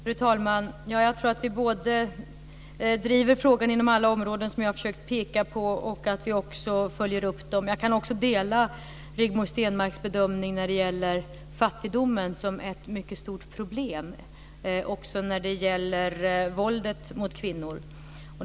Fru talman! Jag tror att vi både driver frågan inom alla områden som jag har försökt peka på och följer upp det. Jag kan dela Rigmor Stenmarks bedömning när det gäller fattigdomen som ett mycket stort problem också vad beträffar våldet mot kvinnor.